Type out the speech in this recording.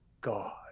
God